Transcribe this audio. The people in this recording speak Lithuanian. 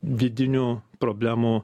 vidinių problemų